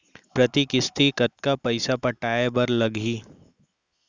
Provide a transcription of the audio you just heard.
प्रति किस्ती कतका पइसा पटाये बर लागही?